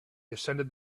descended